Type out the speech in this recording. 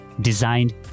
designed